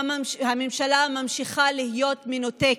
והממשלה ממשיכה להיות מנותקת,